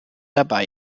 dabei